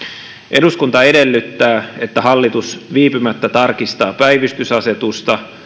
eduskunta edellyttää että hallitus viipymättä tarkistaa päivystysasetusta